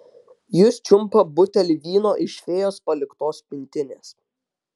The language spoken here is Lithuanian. jis čiumpa butelį vyno iš fėjos paliktos pintinės